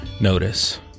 notice